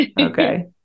Okay